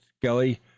Skelly